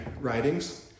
writings